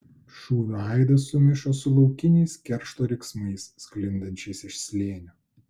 šūvio aidas sumišo su laukiniais keršto riksmais sklindančiais iš slėnio